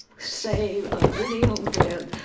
save a video with